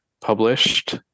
published